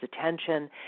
attention